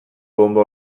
bonba